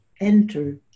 enter